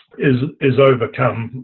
is is overcome